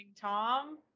Tom